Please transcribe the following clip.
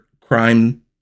crime